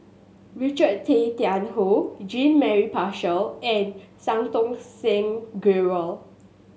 Richard Tay Tian Hoe Jean Mary Marshall and Santokh Singh Grewal